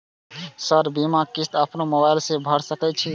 Sir बीमा किस्त अपनो मोबाईल से भर सके छी?